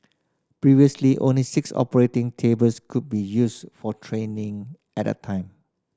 previously only six operating tables could be used for training at a time